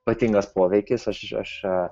ypatingas poveikis aš aš